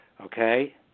okay